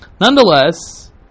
Nonetheless